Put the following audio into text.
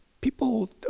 people